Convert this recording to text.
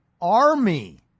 army